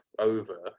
over